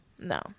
no